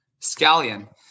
Scallion